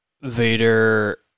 Vader